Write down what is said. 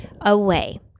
away